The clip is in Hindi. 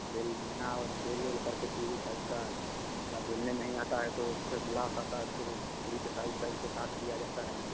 बेलना और बेल उल करके पूड़ी टाइप का या बेलने नहीं आता है तो फ़िर गिलास आता है उसको पूड़ी के साइज़ साइज़ के काट लिया जाता है